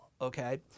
okay